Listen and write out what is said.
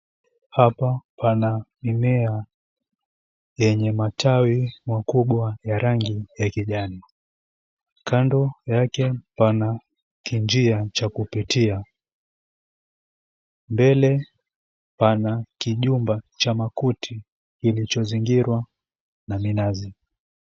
Hapa pana mimea yenye matawi makubwa ya rangi ya kijani, kando yake pana kinjia cha kupitia, mbele pana kijumba cha makuti kilichozingirwa na minazi.